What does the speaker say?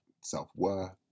self-worth